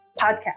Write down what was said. podcast